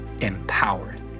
empowered